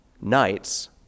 Knights